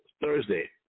Thursday